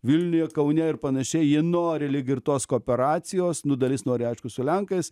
vilniuje kaune ir panašiai jie nori lyg ir tos kooperacijos nu dalis nori aišku su lenkais